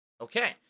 Okay